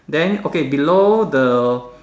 then okay below the